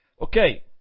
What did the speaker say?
Okay